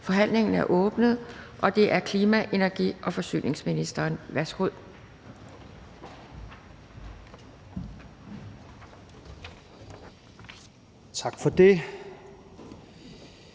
Forhandlingen er åbnet. Det er først klima-, energi- og forsyningsministeren. Værsgo.